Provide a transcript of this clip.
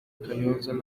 kayonza